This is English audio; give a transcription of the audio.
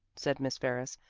said miss ferris,